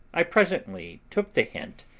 i presently took the hint,